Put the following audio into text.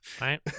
Right